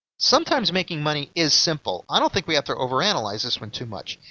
sometimes making money is simple. i don't think we have to overanalyze this one too much.